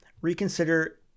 reconsider